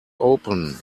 open